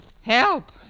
Help